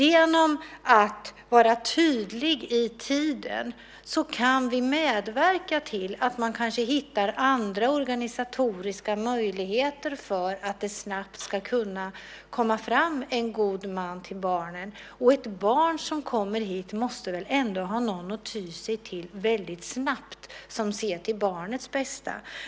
Genom att vara tydliga med tiden kan vi medverka till att man kanske hittar andra organisatoriska möjligheter för att det snabbt ska kunna komma fram en god man till barnen. Ett barn som kommer hit måste väl ändå ha någon att ty sig till väldigt snabbt, någon som ser till barnets bästa.